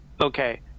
Okay